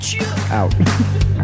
Out